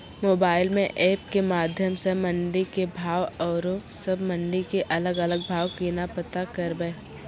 Mobile म app के माध्यम सऽ मंडी के भाव औरो सब मंडी के अलग अलग भाव केना पता करबै?